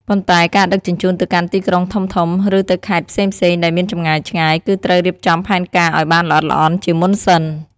ប៉ុន្តែការដឹកជញ្ជូនទៅកាន់ ទីក្រុងធំៗ ឬទៅខេត្តផ្សេងៗដែលមានចម្ងាយឆ្ងាយ គឺត្រូវរៀបចំផែនការឲ្យបានល្អិតល្អន់ជាមុនសិន។